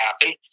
happen